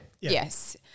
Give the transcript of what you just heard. Yes